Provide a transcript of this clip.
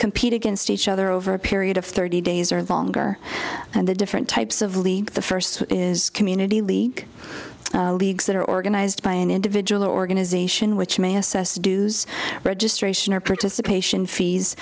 compete against each other over a period of thirty days or vulgar and the different types of league the first is community league leagues that are organized by an individual or organization which may assess dues registration or participation fees